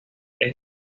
esto